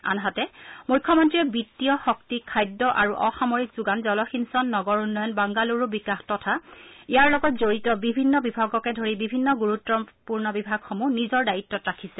আনহাতে মুখ্যমন্ত্ৰীয়ে বিত্তীয় শক্তি খাদ্য আৰু অসামৰিক যোগান জলসিঞ্চন নগৰ উন্নয়ন বাংগালুৰু বিকাশ তথা ইয়াৰ লগত জড়িত বিভিন্ন বিভাগকে ধৰি বিভিন্ন গুৰুত্পূৰ্ণ বিভাগসমূহ নিজৰ দায়িত্বত ৰাখিছে